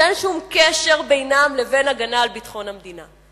שאין שום קשר בינו לבין הגנה על ביטחון המדינה.